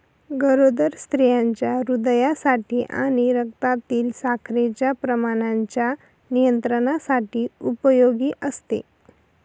गरोदर स्त्रियांच्या हृदयासाठी आणि रक्तातील साखरेच्या प्रमाणाच्या नियंत्रणासाठी उपयोगी असते